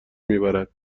میبرد